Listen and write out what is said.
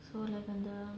so like under